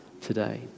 today